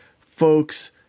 folks